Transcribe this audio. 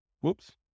Whoops